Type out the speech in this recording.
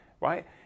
right